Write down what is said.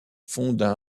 fondent